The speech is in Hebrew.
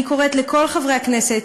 אני קוראת לכל חברי הכנסת,